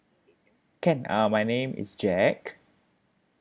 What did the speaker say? can uh my name is jack